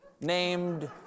named